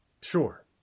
Sure